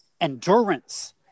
endurance